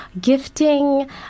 gifting